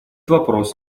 вопрос